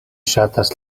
ŝatas